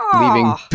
Leaving